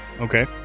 okay